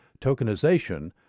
tokenization